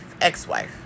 ex-wife